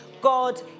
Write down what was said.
God